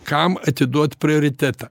kam atiduot prioritetą